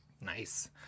Nice